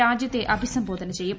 രാജ്യത്തെ അഭിസംബോധന ചെയ്യും